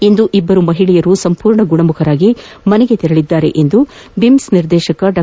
ಇಂದು ಇಬ್ಬರು ಮಹಿಳೆಯರು ಸಂಪೂರ್ಣ ಗುಣಮುಖರಾಗಿ ಮನೆಗೆ ತೆರಳಿದ್ದಾರೆಂದು ಬೀಮ್ಸ್ ನಿರ್ದೇಶಕ ಡಾ